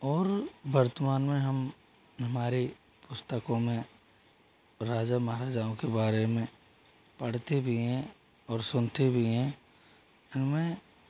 और वर्तमान में हम हमारी पुस्तकों में राजा महाराजाओं के बारे में पढ़ते भी हैं और सुनते भी हैं इनमें